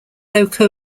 loco